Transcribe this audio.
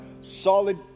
solid